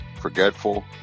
Forgetful